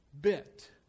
bit